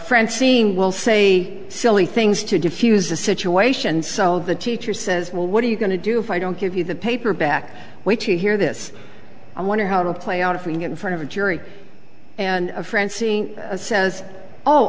seeing will say silly things to defuse the situation so the teacher says well what are you going to do if i don't give you the paper back which you hear this i wonder how to play out if we get in front of a jury and francine says oh